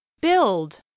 build